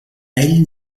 ell